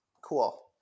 Cool